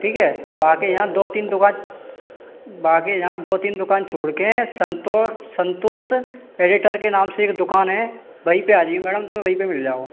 ठीक है बाकी यहाँ दो तीन दुकान बाकी यहाँ दो तीन दुकान छोड़ कर संतोष संतोष एडिटर के नाम से एक दुकान है वही पर आ जइयो मैडम तो मैं वहीं पर मिल जाऊँ